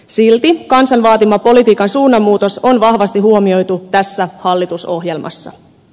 silti kansan vaatima politiikan suunnanmuutos on vahvasti huomioitu tässä hallitusohjelmassa